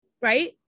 right